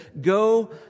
Go